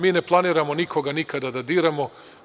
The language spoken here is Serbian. Mi ne planiramo nikoga nikada da diramo.